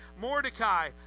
Mordecai